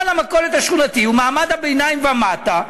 בעל המכולת השכונתית הוא מעמד הביניים ומטה,